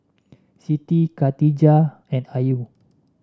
Siti Katijah and Ayu